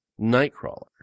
Nightcrawler